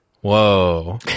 Whoa